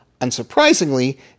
Unsurprisingly